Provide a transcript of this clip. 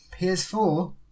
PS4